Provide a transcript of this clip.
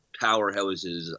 powerhouses